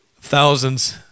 thousands